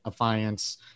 Affiance